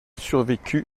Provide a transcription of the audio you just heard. survécu